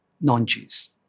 non-Jews